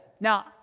Now